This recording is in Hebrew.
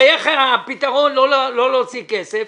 הרי איך הפתרון לא להוציא כסף?